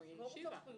לא קיבלת רשות